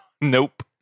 Nope